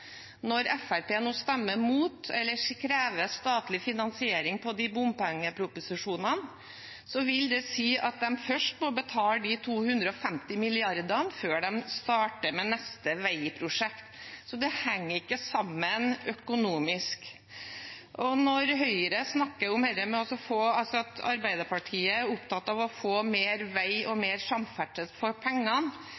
nå stemmer imot og krever statlig finansiering av bompengeproposisjonene, vil det si at de først må betale 250 mrd. kr før de starter med neste veiprosjekt. Så det henger ikke sammen økonomisk. Når Høyre snakker om at Arbeiderpartiet er opptatt av å få mer vei og